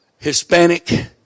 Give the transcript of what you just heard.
Hispanic